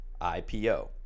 IPO